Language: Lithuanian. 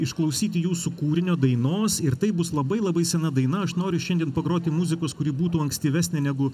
išklausyti jūsų kūrinio dainos ir tai bus labai labai sena daina aš noriu šiandien pagroti muzikos kuri būtų ankstyvesnė negu